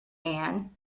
ann